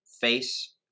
face